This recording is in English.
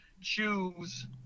choose